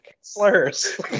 slurs